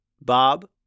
Bob